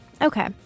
Okay